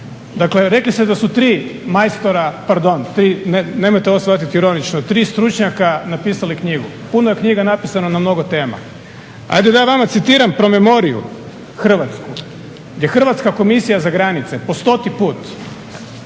Dakle, rekli ste da su tri majstora, pardon nemojte ovo shvatiti ovo ironično tri stručnjaka napisali knjigu. Puno je knjiga napisano na mnogo tema. Hajde da ja vama citiram promemoriju Hrvatsku, gdje Hrvatska komisija za granice po stoti put